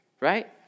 right